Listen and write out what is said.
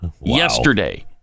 Yesterday